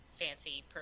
fancy